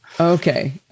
Okay